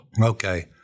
okay